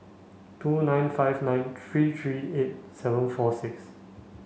two nine five nine three three eight seven four six